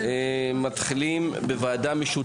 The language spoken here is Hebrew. אנחנו מתחילים בוועדה משותפת,